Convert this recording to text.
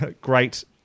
great